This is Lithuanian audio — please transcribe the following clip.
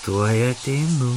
tuoj ateinu